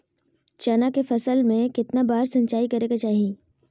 चना के फसल में कितना बार सिंचाई करें के चाहि?